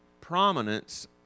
prominence